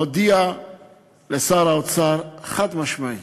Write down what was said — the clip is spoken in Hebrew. הודיעה לשר האוצר חד-משמעית: